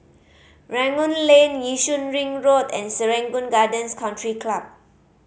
Rangoon Lane Yishun Ring Road and Serangoon Gardens Country Club